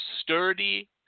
sturdy